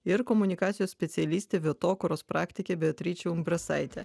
ir komunikacijos specialistė vietokūros praktikė beatričė umbrasaitė